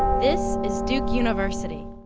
this is duke university.